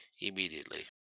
immediately